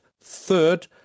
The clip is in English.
third